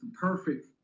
perfect